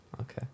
Okay